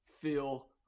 feel